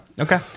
okay